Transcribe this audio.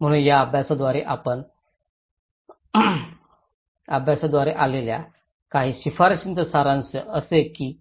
म्हणूनच या अभ्यासाद्वारे आलेल्या काही शिफारसींचा सारांश जसे की